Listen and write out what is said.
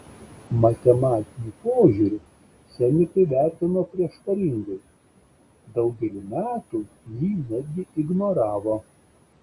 matematinį požiūrį chemikai vertino prieštaringai daugelį metų jį netgi ignoravo